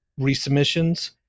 resubmissions